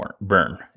burn